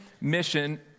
mission